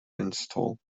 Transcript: install